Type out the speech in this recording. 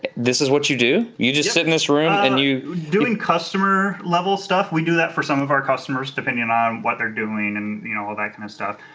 and this is what you do? you just sit in this room and you doing customer level stuff, we do that for some of our customers depending on on what they're doing and you know all that kind of stuff.